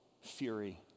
fury